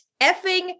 effing